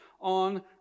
on